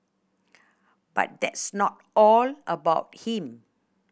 but that's not all about him